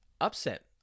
upset